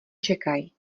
čekají